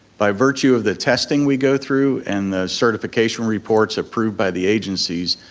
by virtue of the testing we go through, and the certification reports approved by the agencies,